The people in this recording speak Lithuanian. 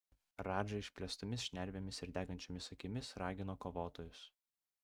radža išplėstomis šnervėmis ir degančiomis akimis ragino kovotojus